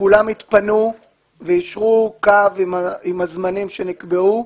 כולם התפנו ויישרו קו עם הזמנים שנקבעו,